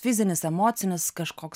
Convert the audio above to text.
fizinis emocinis kažkoks